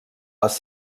les